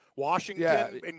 Washington